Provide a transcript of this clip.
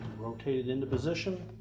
rotate it into position.